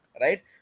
right